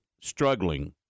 struggling